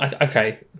okay